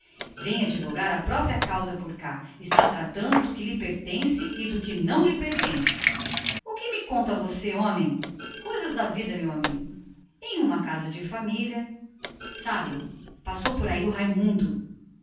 vem advogar a própria causa por cá está tratando do que lhe pertence e do que lhe não pertence o que me conta você homem coisas da vida meu amigo estes doutores pensam que aqui os casamentos ricos andam a ufa em uma casa de família sabem passou por aí o raimundo